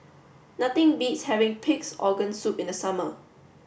nothing beats having pig's organ soup in the summer